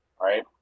Right